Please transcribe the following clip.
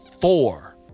four